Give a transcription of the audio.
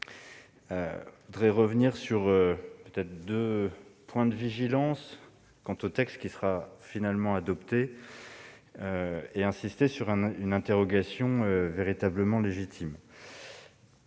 je voudrais revenir sur deux points de vigilance à l'égard du texte qui sera adopté et insister sur une interrogation véritablement légitime.